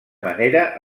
manera